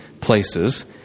places